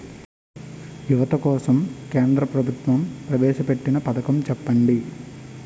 యువత కోసం కేంద్ర ప్రభుత్వం ప్రవేశ పెట్టిన పథకం చెప్పండి?